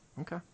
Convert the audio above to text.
Okay